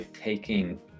taking